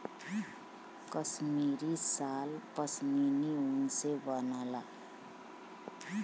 कसमीरी साल पसमिना ऊन से बनला